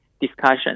discussion